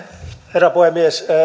herra puhemies